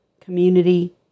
community